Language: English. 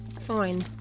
Fine